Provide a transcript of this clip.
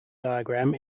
diagram